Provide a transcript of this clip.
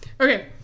Okay